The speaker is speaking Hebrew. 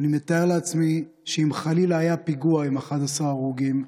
ואני מתאר לעצמי שאם חלילה היה פיגוע עם 11 הרוגים,